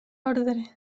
ordre